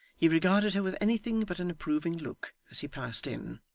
he regarded her with anything but an approving look as he passed in.